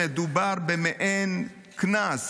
מדובר במעין קנס,